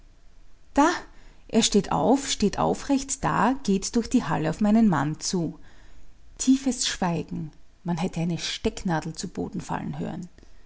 da er steht auf steht aufrecht da geht durch die halle auf meinen mann zu tiefes schweigen man hätte eine stecknadel zu boden fallen hören